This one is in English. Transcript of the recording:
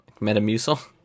Metamucil